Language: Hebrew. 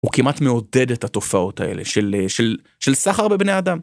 הוא כמעט מעודד את התופעות האלה של סחר בבני אדם.